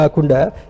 Kunda